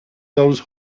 those